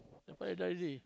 your father die already